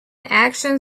action